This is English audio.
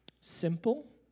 simple